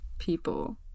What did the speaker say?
people